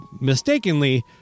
mistakenly